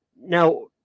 Now